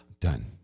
done